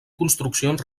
construccions